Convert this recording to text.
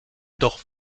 doch